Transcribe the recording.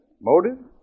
motive